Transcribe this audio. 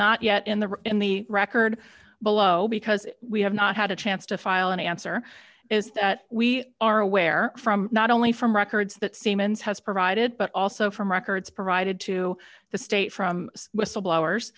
not yet in the in the record below because we have not had a chance to file an answer is that we are aware from not only from records that siemens has provided but also from records provided to the state from whistleblowers